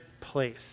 place